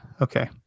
okay